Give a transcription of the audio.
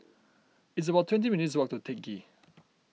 it's about twenty minutes' walk to Teck Ghee